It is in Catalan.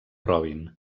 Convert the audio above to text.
robin